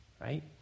right